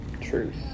Truth